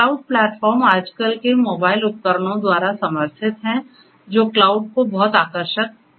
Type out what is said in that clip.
cloud platform आजकल के mobile उपकरणों द्वारा समर्थित हैं जो क्लाउड को बहुत आकर्षक बनाता है